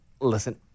Listen